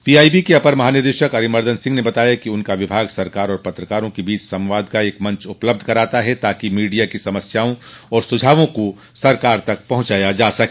PIB के अपर महानिदेशक अरिमर्दन सिंह ने बताया कि उनका विभाग सरकार और पत्रकारों के बीच संवाद का एक मंच उपलब्ध कराता है ताकि मीडिया की समस्याओं और सुझावों को सरकार तक पहुंचाया जा सके